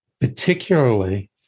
particularly